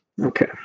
okay